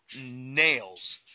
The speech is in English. nails